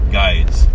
guides